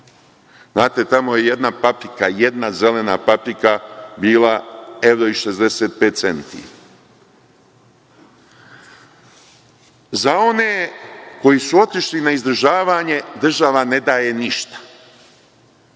paprika, jedna zelena paprika bila evro i 65 centi. Za one koji su otišli na izdržavanje država ne daje ništa,